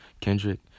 Kendrick